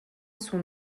son